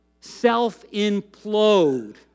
self-implode